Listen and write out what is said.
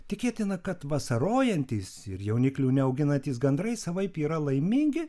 tikėtina kad vasarojantys ir jauniklių neauginantys gandrai savaip yra laimingi